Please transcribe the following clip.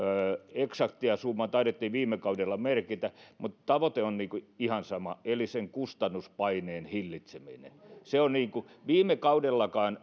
eksaktia summaa taidettiin viime kaudella merkitä mutta tavoite on ihan sama eli sen kustannuspaineen hillitseminen mehän emme sanoneet viime kaudellakaan